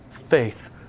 faith